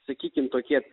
sakykim tokie